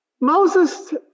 Moses